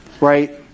Right